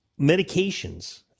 medications